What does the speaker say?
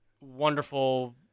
wonderful